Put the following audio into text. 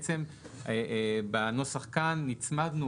בנוסח כאן נצמדנו,